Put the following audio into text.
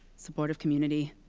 supportive community,